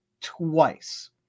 twice